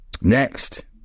Next